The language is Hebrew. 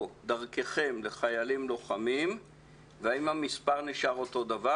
דרככם לחיילים לוחמים והאם המספר נשאר אותו דבר?